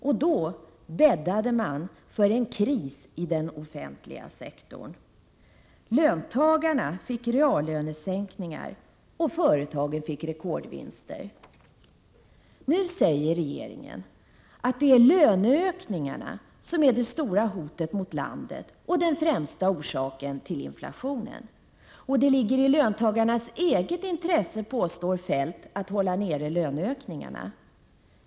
Då bäddade man för en kris i den offentliga sektorn. Löntagarna fick reallönesänkningar och företagen fick rekordvinster. Nu säger regeringen att det är löneökningarna som är de stora hoten mot landet och den främsta orsaken till inflationen. Det ligger i löntagarnas eget intresse, påstår Kjell-Olof Feldt, att hålla nere löneökningarna.